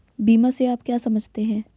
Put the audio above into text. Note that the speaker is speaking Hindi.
बीमा से आप क्या समझते हैं?